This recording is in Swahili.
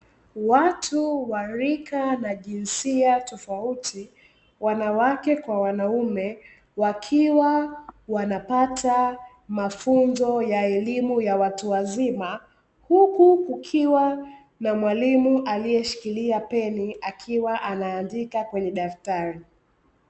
Watu wa rika na jinsia tofauti, wanawake kwa wanaume wakiwa wanapata mafunzo ya elimu ya watu wazima, huku kukiwa na mwalimu aliyeshikilia peni akiwa anaandika kwenye daftari.